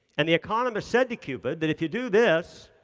and the economist said to cupid that if you do this,